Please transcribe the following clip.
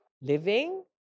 living